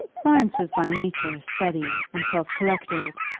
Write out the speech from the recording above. florence was by nature steady and self-collected,